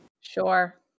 Sure